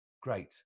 great